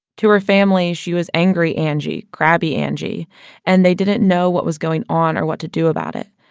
to her family, she was angry angie, crabby angie and they didn't know what was going on or what to do about it.